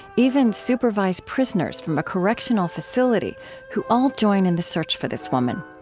even supervised prisoners from a correctional facility who all join in the search for this woman.